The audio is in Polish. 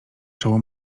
czoło